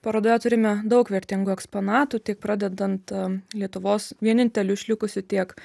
parodoje turime daug vertingų eksponatų tai pradedant lietuvos vieninteliu išlikusiu tiek